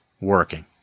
working